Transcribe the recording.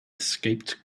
escaped